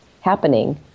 happening